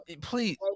please